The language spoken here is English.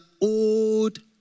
old